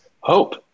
hope